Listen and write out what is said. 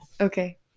okay